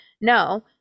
no